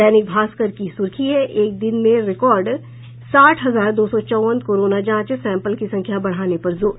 दैनिक भास्कर की सुर्खी है एक दिन में रिकॉर्ड साठ हजार दो सौ चौवन कोरोना जांच सैम्पल की संख्या बढ़ाने पर जोर